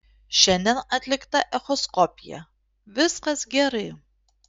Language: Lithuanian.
šiandien atlikta echoskopija viskas gerai